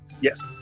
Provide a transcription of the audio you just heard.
Yes